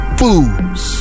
fools